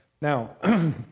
Now